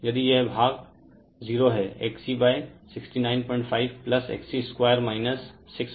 यदि यह भाग 0 है XC695 XC2 61000 है